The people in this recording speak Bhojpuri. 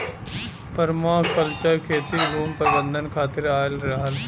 पर्माकल्चर खेती भूमि प्रबंधन खातिर आयल रहल